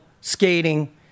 skating